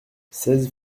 seize